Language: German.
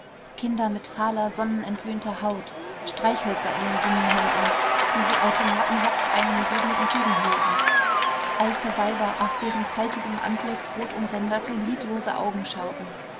kinder mit fahler sonnenentwöhnter haut streichhölzer in den dünnen händen die sie automatenhaft einem jeden entgegenhielten alte weiber aus deren faltigem antlitz rot umränderte lidlose augen schauten